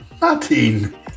Martin